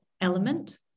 element